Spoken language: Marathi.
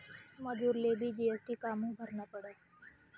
मजुरलेबी जी.एस.टी कामु भरना पडस?